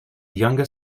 younger